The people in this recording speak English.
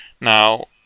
Now